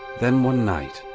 then one night,